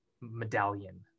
medallion